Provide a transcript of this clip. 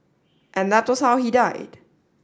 and that was how he died